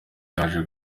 yaje